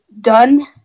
done